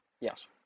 Yes